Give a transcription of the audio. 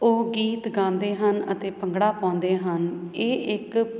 ਉਹ ਗੀਤ ਗਾਉਂਦੇ ਹਨ ਅਤੇ ਭੰਗੜਾ ਪਾਉਂਦੇ ਹਨ ਇਹ ਇੱਕ